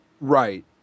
Right